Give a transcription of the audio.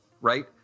right